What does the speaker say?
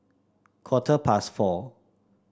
quarter past four